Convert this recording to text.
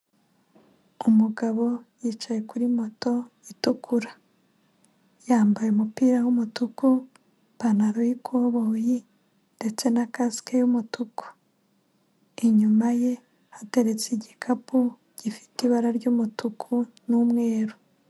Umugabo yicaye kuri moto itukura. Yambaye umupira w'umutuku, ipantaro y'ikoboyi ndetse na kasike y'umutuku. Inyuma ye hateretse igikapu, gifite ibara ry'umutuku n'umweru.